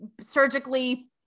surgically